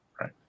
Right